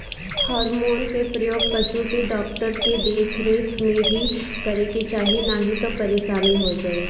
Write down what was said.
hormone के प्रयोग पशु के डॉक्टर के देख रेख में ही करे के चाही नाही तअ परेशानी हो जाई